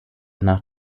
nach